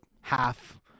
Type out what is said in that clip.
half